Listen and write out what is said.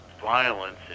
violence